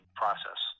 process